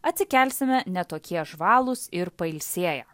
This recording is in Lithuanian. atsikelsime ne tokie žvalūs ir pailsėję